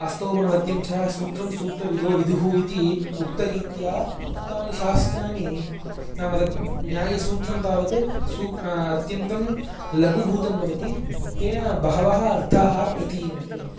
अस्तोगुणवद्यं च सूत्रं सूत्रविदो विदुः इति उक्तरीत्या उक्तानि शास्त्राणि नाम तद् न्यायसूत्रं तावत् सू अत्यन्तं लघुभूतं भवति तेन बहवः अर्थाः प्रतीयन्ते